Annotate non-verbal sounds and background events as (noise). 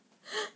(breath)